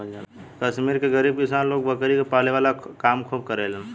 कश्मीर के गरीब किसान लोग बकरी के पाले वाला काम खूब करेलेन